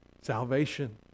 salvation